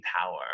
power